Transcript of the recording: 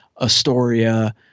Astoria